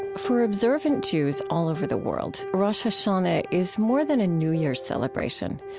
for observant jews all over the world, rosh hashanah is more than a new year's celebration.